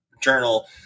Journal